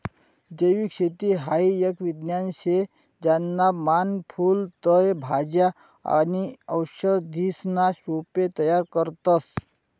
जैविक शेती हाई एक विज्ञान शे ज्याना मान फूल फय भाज्या आणि औषधीसना रोपे तयार करतस